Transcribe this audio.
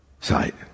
sight